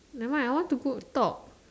never mind I want to go talk